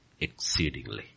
exceedingly